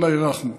אללה ירחמו.